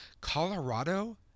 Colorado